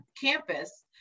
campus